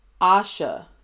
Asha